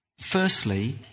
firstly